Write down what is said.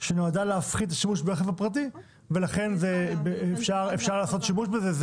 שנועדה להפחית שימוש ברכב הפרטי ולכן אפשר לעשות שימוש בזה.